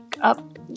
up